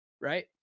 right